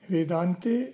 Vedante